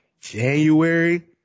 January